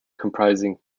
comprising